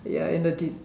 ya in the heat